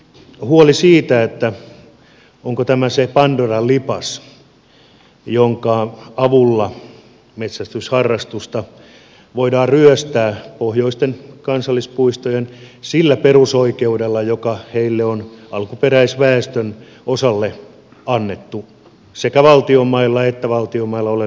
ensin oli huoli siitä onko tämä se pandoran lipas jonka avulla metsästysharrastusta voidaan ryöstää pohjoisten kansallispuistojen sillä perusoikeudella joka heille on alkuperäisväestön osalle annettu sekä valtion mailla että valtion mailla oleville kansallispuistoille